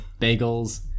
bagels